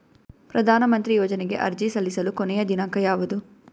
ಪ್ರಧಾನ ಮಂತ್ರಿ ಯೋಜನೆಗೆ ಅರ್ಜಿ ಸಲ್ಲಿಸಲು ಕೊನೆಯ ದಿನಾಂಕ ಯಾವದು?